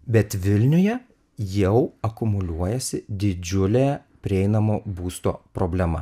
bet vilniuje jau akumuliuojasi didžiulė prieinamo būsto problema